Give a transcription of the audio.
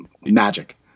magic